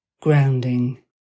grounding